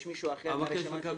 יש מישהו אחר מהרשימה